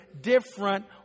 different